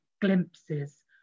glimpses